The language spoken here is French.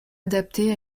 adaptés